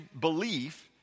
belief